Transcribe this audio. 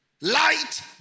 Light